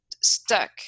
stuck